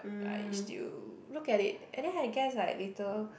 I still look at it and then I guess like later